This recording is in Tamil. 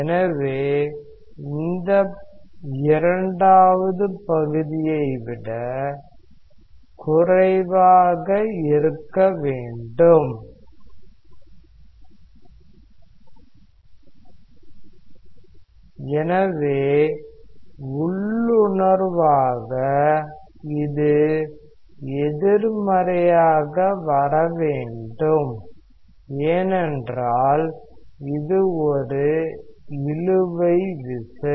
எனவே இந்த பகுதி இரண்டாவது பகுதியை விட குறைவாக இருக்க வேண்டும் எனவே உள்ளுணர்வாக இது எதிர்மறையாக வர வேண்டும் ஏனென்றால் இது ஒரு இழுவை விசை